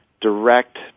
direct